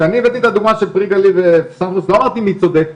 כשאני הבאתי את הדוגמה של פרי גליל וסנפרוסט לא אמרתי מי צודק,